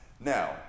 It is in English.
Now